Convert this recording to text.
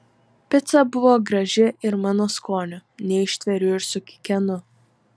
pica buvo graži ir mano skonio neištveriu ir sukikenu